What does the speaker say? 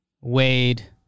Wade